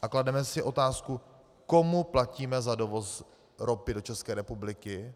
A klademe si otázku, komu platíme za dovoz ropy do České republiky?